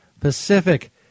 Pacific